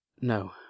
No